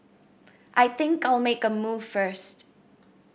I think I'll make a move first